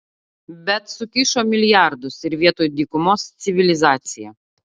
bet sukišo milijardus ir vietoj dykumos civilizacija